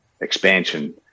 expansion